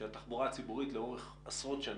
של התחבורה הציבורית לאורך עשרות שנים.